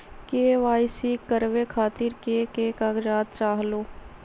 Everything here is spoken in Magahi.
के.वाई.सी करवे खातीर के के कागजात चाहलु?